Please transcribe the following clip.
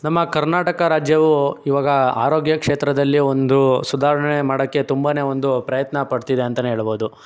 ನಮ್ಮ ಕರ್ನಾಟಕ ರಾಜ್ಯವು ಈವಾಗ ಆರೋಗ್ಯ ಕ್ಷೇತ್ರದಲ್ಲಿ ಒಂದು ಸುಧಾರಣೆ ಮಾಡೋಕೆ ತುಂಬನೇ ಒಂದು ಪ್ರಯತ್ನ ಪಡ್ತಿದೆ ಅಂತಲೇ ಹೇಳ್ಬೋದು